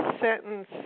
sentence